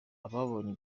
ababonye